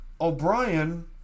O'Brien